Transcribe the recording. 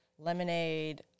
lemonade